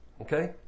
Okay